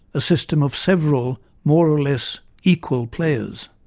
a system of several, more-or-less equal players.